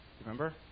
Remember